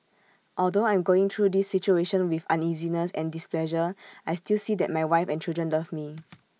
although I'm going through this situation with uneasiness and displeasure I still see that my wife and children love me